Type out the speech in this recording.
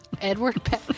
Edward